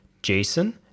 jason